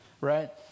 right